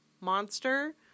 monster